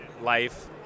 life